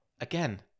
Again